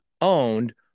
owned